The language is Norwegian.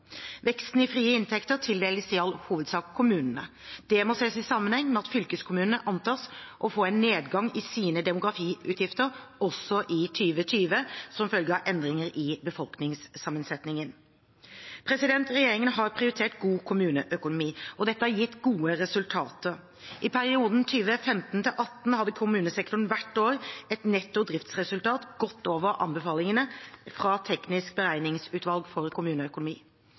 Veksten i frie inntekter tildeles i all hovedsak kommunene. Det må ses i sammenheng med at fylkeskommunene antas å få en nedgang i sine demografiutgifter også i 2020, som følge av endringer i befolkningssammensetningen. Regjeringen har prioritert god kommuneøkonomi, og dette har gitt gode resultater. I perioden 2015–2018 hadde kommunesektoren hvert år et netto driftsresultat godt over anbefalingene fra det tekniske beregningsutvalget for kommuneøkonomi.